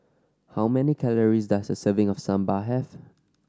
how many calories does a serving of Sambar have